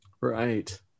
Right